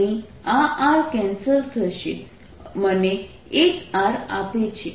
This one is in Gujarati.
અહીં આ r કેન્સલ થશે મને એક r આપે છે